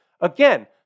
Again